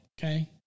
okay